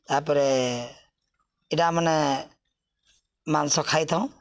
ତା'ପରେ ଇଟା ମାନେ ମାଂସ ଖାଇଥାଉଁ